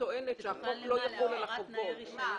לתנאי רישיון?